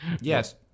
Yes